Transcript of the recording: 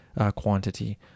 quantity